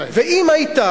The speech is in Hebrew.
ואם היית,